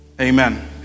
Amen